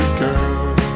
girl